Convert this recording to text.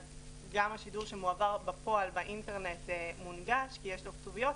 וגם השידור שמועבר בפועל באינטרנט מונגש ויש שם כתוביות,